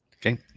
okay